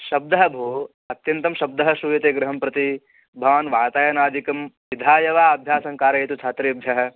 शब्दः भोः अत्यन्तं शब्दः श्रूयते गृहं प्रति भवान् वातायनादिकं पिधाय वा अभ्यासं कारयतु छात्रेभ्यः